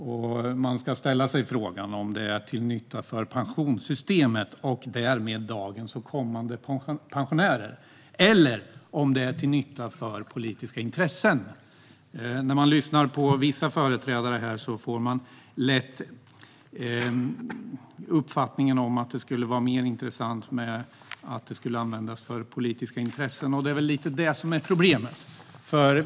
Vi ska ställa oss frågan om det är till nytta för pensionssystemet och därmed för dagens och framtidens pensionärer eller om det är till nytta för politiska intressen. När man lyssnar på vissa företrädare här får man lätt intrycket att det skulle vara mer intressant att använda pengarna för politiska intressen, och det är lite det som är problemet.